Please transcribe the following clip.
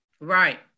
Right